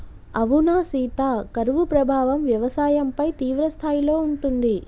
అవునా సీత కరువు ప్రభావం వ్యవసాయంపై తీవ్రస్థాయిలో ఉంటుంది